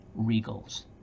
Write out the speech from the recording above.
Regals